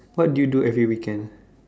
what do you do every weekend